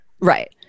Right